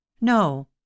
No